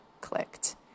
clicked